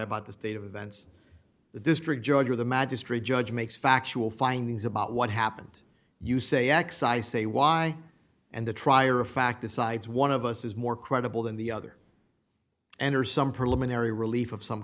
about the state of events the district judge or the magistrate judge makes factual findings about what happened you say x i say y and the trier of fact decides one of us is more credible than the other and or some preliminary relief of some